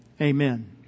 Amen